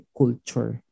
culture